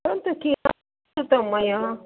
वदन्तु कि किमर्थं मया